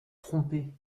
trompée